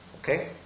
Okay